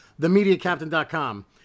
TheMediaCaptain.com